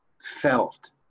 Felt